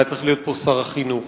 היה צריך להיות פה שר החינוך,